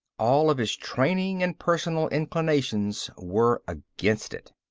all of his training and personal inclinations were against it.